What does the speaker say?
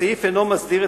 הסעיף אינו מסדיר,